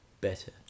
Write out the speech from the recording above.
better